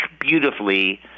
beautifully